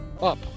up